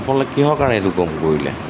আপোনালোকে কিহৰ কাৰণে এইটো কাম কৰিলে